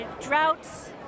droughts